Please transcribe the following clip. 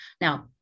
Now